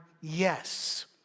yes